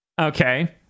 okay